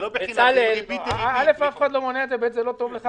זה לא בחינם, זה עם ריבית דריבית.